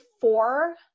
four